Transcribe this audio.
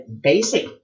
basic